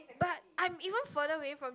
but I'm even further away from